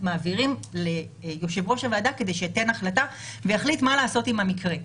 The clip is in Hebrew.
אז מעבירים ליושב-ראש הוועדה כדי שיחליט מה לעשות עם המקרה.